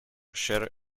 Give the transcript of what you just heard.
cher